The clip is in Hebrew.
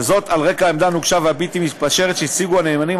על רקע העמדה הנוקשה והבלתי-מתפשרת שהציגו הנאמנים,